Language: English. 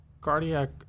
cardiac